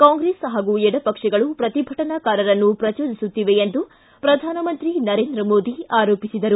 ಕಾಂಗ್ರೆಸ್ ಹಾಗೂ ಎಡಪಕ್ಷಗಳು ಪ್ರತಿಭಟನಾಕಾರರನ್ನು ಪ್ರಜೋದಿಸುತ್ತಿವೆ ಎಂದು ಪ್ರಧಾನಮಂತ್ರಿ ನರೇಂದ್ರ ಮೋದಿ ಆರೋಪಿಸಿದರು